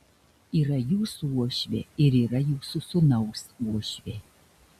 yra jūsų uošvė ir yra jūsų sūnaus uošvė